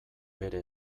bere